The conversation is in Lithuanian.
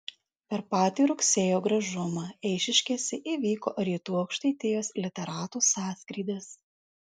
per patį rugsėjo gražumą eišiškėse įvyko rytų aukštaitijos literatų sąskrydis